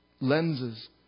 lenses